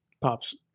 pops